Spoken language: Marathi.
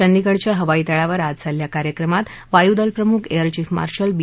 चंदीगडच्या हवाई तळावर आज झालख्खा कार्यक्रमात वायुदलप्रमुख एअरचीफ मार्शल बी